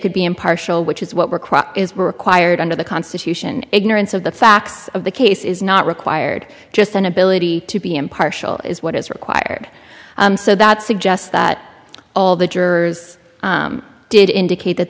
could be impartial which is what work is required under the constitution ignorance of the facts of the case is not required just an ability to be impartial is what is required so that suggests that all the jurors did indicate that